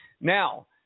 now